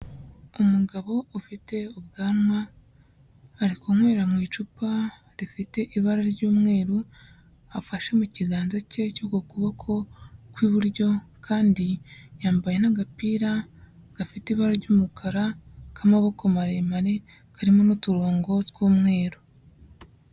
Umugabo ufite ubwanwa ari kunywera mu icupa rifite ibara ry'umweru, afashe mu kiganza cye cy'uko kuboko kw'iburyo kandi yambaye n'agapira gafite ibara ry'umukara k'amaboko maremare karimo n'uturongo tw'umweru.